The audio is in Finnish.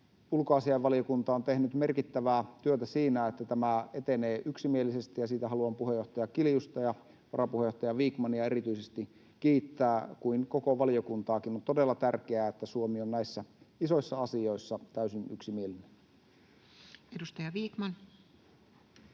ulkoasiainvaliokunta on tehnyt merkittävää työtä siinä, että tämä etenee yksimielisesti, ja siitä haluan puheenjohtaja Kiljusta ja varapuheenjohtaja Vikmania erityisesti kiittää, niin kuin koko valiokuntaakin. On todella tärkeää, että Suomi on näissä isoissa asioissa täysin yksimielinen. [Speech